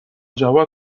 جواد